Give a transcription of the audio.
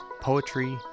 poetry